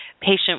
patient